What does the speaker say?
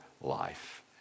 life